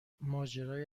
ماجرای